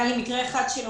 היה לי מקרה אחד של עובד,